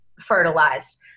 fertilized